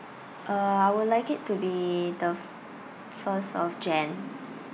uh I would like it to be the f~ first of jan